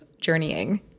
journeying